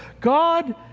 God